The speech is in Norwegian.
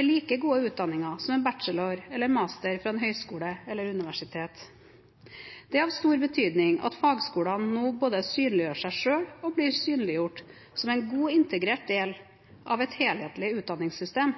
er like gode utdanninger som en bachelor eller master fra en høyskole eller et universitet. Det er av stor betydning at fagskolene nå både synliggjør seg selv og blir synliggjort som en godt integrert del av et helhetlig utdanningssystem.